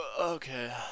Okay